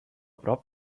prop